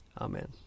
Amen